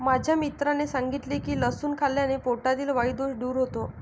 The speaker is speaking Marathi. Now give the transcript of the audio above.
माझ्या मित्राने सांगितले की लसूण खाल्ल्याने पोटातील वायु दोष दूर होतो